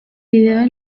vídeo